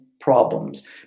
problems